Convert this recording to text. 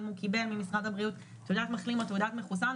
אם הוא קיבל ממשרד הבריאות תעודת מחלים או תעודת מחוסן,